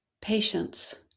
patience